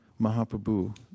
Mahaprabhu